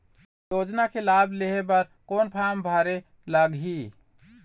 योजना के लाभ लेहे बर कोन फार्म भरे लगही?